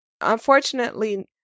Unfortunately